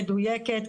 מדויקת,